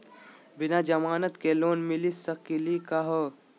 बिना जमानत के लोन मिली सकली का हो?